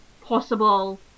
possible